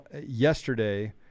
yesterday